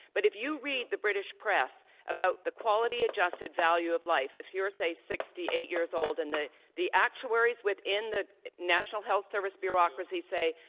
but if you read the british press about people the quality-adjusted value of life. if you're, say, sixty eight years old and the the actuaries within the national health service bureaucracy say,